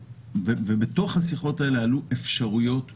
ובתוך השיחות האלה עלו אפשרויות שונות,